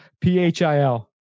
p-h-i-l